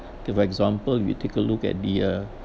if example we take a look at the uh